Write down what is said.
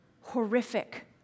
horrific